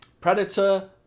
Predator